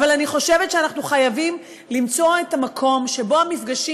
אבל אני חושבת שאנחנו חייבים למצוא את המקום שבו המפגשים